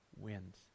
wins